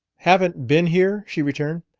haven't been here? she returned.